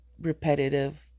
repetitive